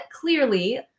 clearly